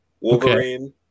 Wolverine